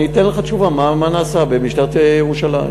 ואני אתן לך תשובה מה נעשה במשטרת ירושלים.